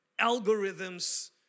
algorithms